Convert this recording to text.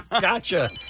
gotcha